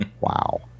Wow